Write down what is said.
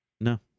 No